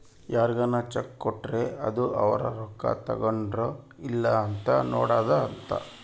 ಯಾರ್ಗನ ಚೆಕ್ ಕೊಟ್ರ ಅದು ಅವ್ರ ರೊಕ್ಕ ತಗೊಂಡರ್ ಇಲ್ಲ ಅಂತ ನೋಡೋದ ಅಂತ